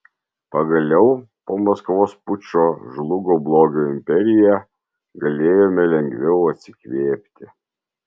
pagaliau po maskvos pučo žlugo blogio imperija galėjome lengviau atsikvėpti